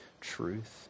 truth